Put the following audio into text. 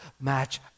match